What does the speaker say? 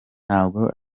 ntabwo